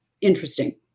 Interesting